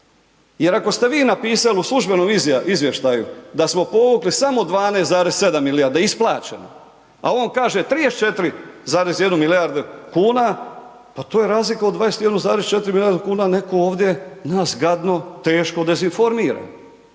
jer ako ste vi napisali u službenom izvještaju da smo povukli samo 12,7 milijardi, da je isplaćeno, a on kaže 34,1 milijardu kuna, pa to je razlika u 21,4 milijardu kuna, netko ovdje nas gadno, teško dezinformira.